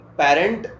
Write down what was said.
parent